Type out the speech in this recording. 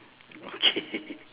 okay